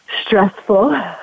Stressful